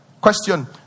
Question